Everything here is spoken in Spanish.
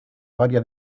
varias